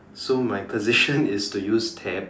so my position is to use tabs